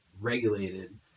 regulated